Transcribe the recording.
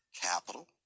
capital